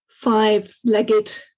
five-legged